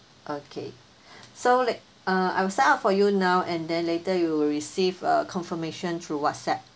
okay so like uh I will sign up for you now and then later you will receive a confirmation through WhatsApp